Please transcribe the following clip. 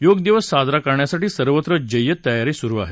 योग दिवस साजरा करण्यासाठी सर्वत्र जय्यत तयारी सुरू आहे